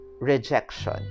rejection